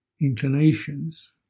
inclinations